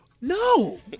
No